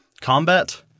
Combat